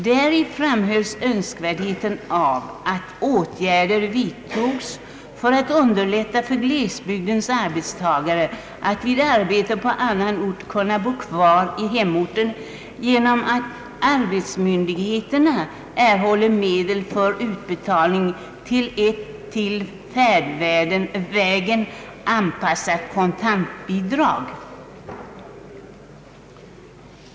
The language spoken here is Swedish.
Däri framhölls önskvärdhe ten av att åtgärder vidtogs för att underlätta för glesbygdens arbetstagare att vid arbeten på annan ort kunna få bo kvar i hemorten genom att arbetsmarknadsmyndigheterna erhöll medel för utbetalning av ett till färdvägen anpassat kontantbidrag.